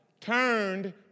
turned